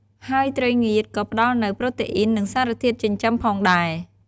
ហើយត្រីងៀតក៏ផ្តល់នូវ ប្រូតេអ៊ីន និងសារធាតុចិញ្ចឹម ផងដែរ។